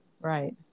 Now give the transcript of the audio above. right